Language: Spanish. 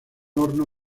horno